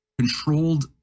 controlled